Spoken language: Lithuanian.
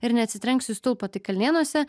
ir neatsitrenksiu į stulpą tai kalnėnuose